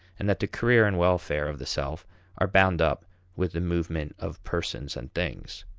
and that the career and welfare of the self are bound up with the movement of persons and things.